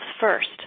first